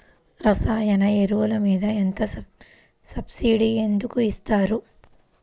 రసాయన ఎరువులు మీద సబ్సిడీ ఎందుకు ఇస్తారు?